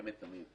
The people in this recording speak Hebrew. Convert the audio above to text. היא קיימת תמיד.